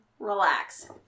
Relax